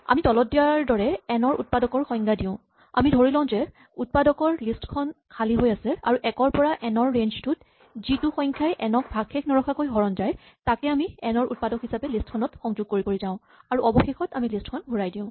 আমি তলত দিয়াৰ দৰে এন ৰ উৎপাদকৰ সংজ্ঞা দিওঁ আমি ধৰি লওঁ যে উৎপাদকৰ লিষ্ট খন খালী হৈ আছে আৰু এক ৰ পৰা এন ৰ ৰেঞ্জ টোত যিটো সংখ্যাই এন ক ভাগশেষ নৰখাকৈ হৰণ যায় তাকে আমি এন ৰ উৎপাদক হিচাপে লিষ্ট খনত সংযোগ কৰি কৰি যাওঁ আৰু অৱশেষত আমি লিষ্ট খন ঘূৰাই দিওঁ